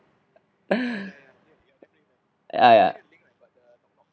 ya ya